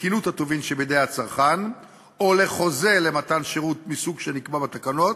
בתקינות הטובין שבידי הצרכן או לחוזה למתן שירות מסוג שנקבע בתקנות,